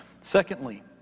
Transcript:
Secondly